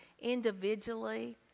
Individually